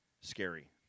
scary